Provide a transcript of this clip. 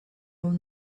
old